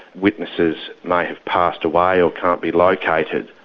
witnesses may have passed away or can't be located.